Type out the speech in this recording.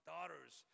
Daughters